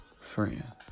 friend